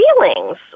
feelings